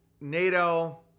NATO